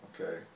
Okay